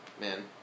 man